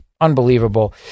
unbelievable